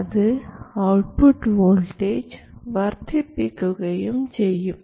അത് output voltage വർദ്ധിപ്പിക്കുകയും ചെയ്യും